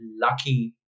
lucky